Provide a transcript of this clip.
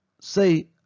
say